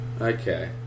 Okay